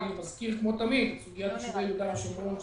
אני מזכיר כמו תמיד את סוגיית יישובי יהודה ושומרון,